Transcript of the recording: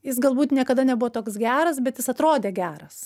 jis galbūt niekada nebuvo toks geras bet jis atrodė geras